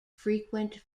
frequent